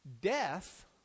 Death